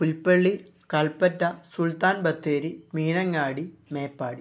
Pulpally Kalpetta Sultan Bathery Meenangadi Meppadi